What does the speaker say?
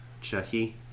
Chucky